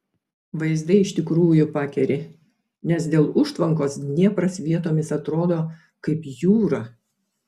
vaizdai iš tikrųjų pakeri nes dėl užtvankos dniepras vietomis atrodo kaip jūra